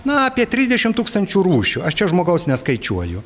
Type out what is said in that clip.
na apie trisdešimt tūkstančių rūšių aš čia žmogaus neskaičiuoju